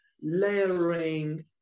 layering